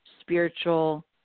spiritual